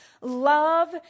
love